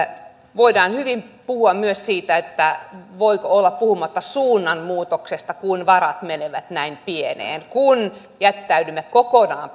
voidaan hyvin puhua myös siitä voiko olla puhumatta suunnanmuutoksesta kun varat menevät näin pieneen ja kun jättäydymme kokonaan